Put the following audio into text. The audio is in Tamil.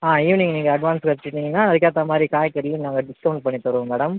ஆ ஈவினிங் நீங்கள் அட்வான்ஸ் கட்டிட்டீங்கனா அதுக்கேற்ற மாதிரி காய்கறிக்கு நாங்கள் டிஸ்கௌவுண்ட் பண்ணித் தருவோம் மேடம்